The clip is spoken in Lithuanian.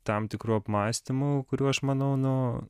tam tikrų apmąstymų kurių aš manau nu